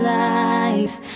life